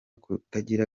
kutagira